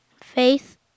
Faith